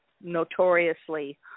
notoriously